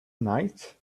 night